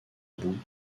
bout